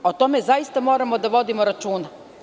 O tome zaista moramo da vodimo računa.